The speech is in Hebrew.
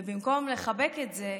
ובמקום לחבק את זה,